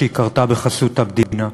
שהיא קרתה בחסות המדינה.